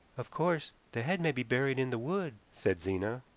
of course, the head may be buried in the wood, said zena.